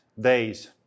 days